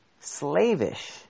slavish